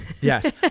yes